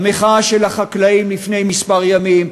המחאה של החקלאים לפני כמה ימים,